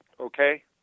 okay